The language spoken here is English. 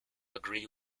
agreed